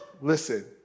listen